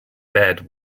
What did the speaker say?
bed